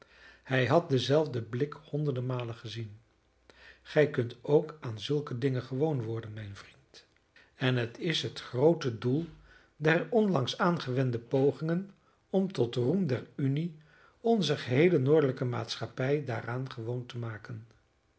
hij had denzelfden blik honderden malen gezien gij kunt ook aan zulke dingen gewoon worden mijn vriend en het is het groote doel der onlangs aangewende pogingen om tot roem der unie onze geheele noordelijke maatschappij daaraan gewoon te maken